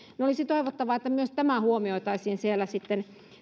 olisi toivottavaa että myös tämä huomioitaisiin sitten